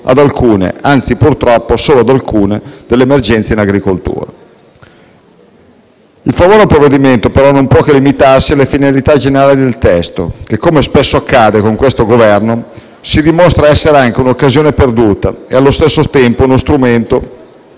ad alcune - anzi, purtroppo solo ad alcune - delle emergenze in agricoltura. Il favore al provvedimento, però, non può che limitarsi alle finalità generali del testo, che - come spesso accade con questo Governo - si dimostra essere anche un'occasione perduta e allo stesso tempo uno strumento